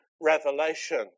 revelation